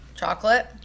chocolate